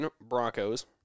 Broncos